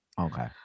okay